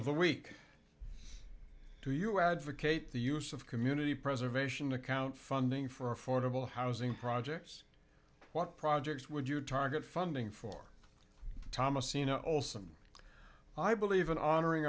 the week do you advocate the use of community preservation account funding for affordable housing projects what projects would you target funding for thomas ina olsen i believe in honoring